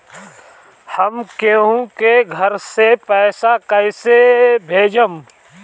हम केहु के घर से पैसा कैइसे भेजम?